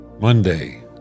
Monday